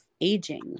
aging